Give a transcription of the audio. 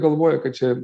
galvoja kad čia